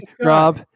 Rob